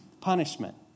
punishment